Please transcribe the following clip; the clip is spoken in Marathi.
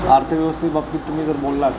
अर्थव्यवस्थे बाबतीत तुम्ही जर बोललात